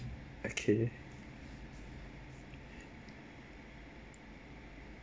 okay